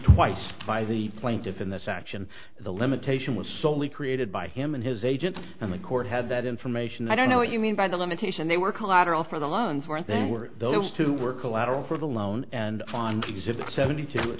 twice by the plaintiffs in this act and the limitation was solely created by him and his agent and the court had that information i don't know what you mean by the limitation they were collateral for the loans weren't there were those who were collateral for the loan and on exhibit seventy two it